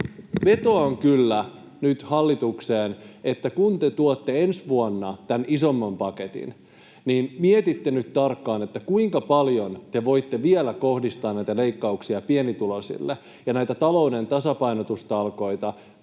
vetoan kyllä nyt hallitukseen, että kun te tuotte ensi vuonna sen isomman paketin, niin mietitte nyt tarkkaan, kuinka paljon te voitte vielä kohdistaa näitä leikkauksia pienituloisille ja näitä talouden tasapainotustalkoita